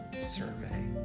survey